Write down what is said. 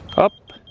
up